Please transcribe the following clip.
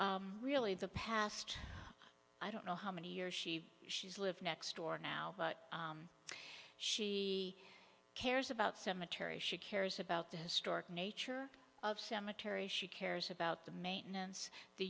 dedicated really the past i don't know how many years she she's lived next door now but she cares about cemeteries she cares about the historic nature of cemeteries she cares about the maintenance the